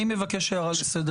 אני מבקש הערה לסדר